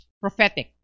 prophetic